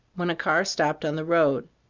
when a car stopped on the road.